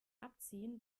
abziehen